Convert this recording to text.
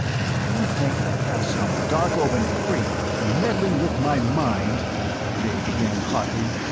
if you think i'd have some darkovan freak meddling with my mind jay began hotly,